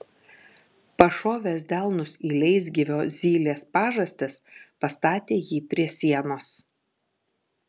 pašovęs delnus į leisgyvio zylės pažastis pastatė jį prie sienos